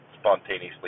spontaneously